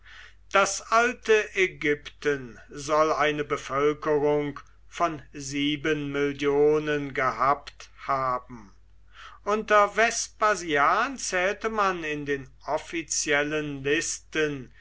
das alte ägypten soll eine bevölkerung von sieben millionen gehabt haben unter vespasian zählte man in den offiziellen listen